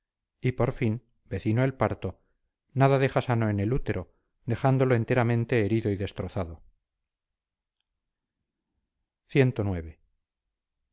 y por fin vecino el parto nada deja sano en el útero dejándolo enteramente herido y destrozado